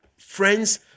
Friends